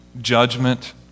judgment